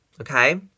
okay